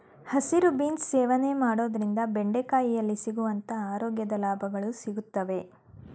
ಹಸಿರು ಬೀನ್ಸ್ ಸೇವನೆ ಮಾಡೋದ್ರಿಂದ ಬೆಂಡೆಕಾಯಿಯಲ್ಲಿ ಸಿಗುವಂತ ಆರೋಗ್ಯದ ಲಾಭಗಳು ಸಿಗುತ್ವೆ